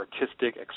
artistic